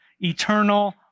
eternal